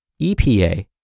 EPA